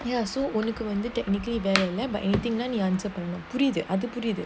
ya so only உனக்குவந்து:unaku vandhu technically புரியுதுஅதுபுரியுது:puriuthu adhu puriuthu